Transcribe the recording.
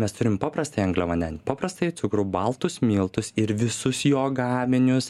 mes turim paprastąjį angliavandenį paprastąjį cukrų baltus miltus ir visus jo gaminius